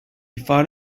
fought